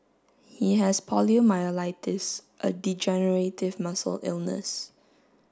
he has poliomyelitis a degenerative muscle illness